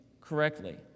correctly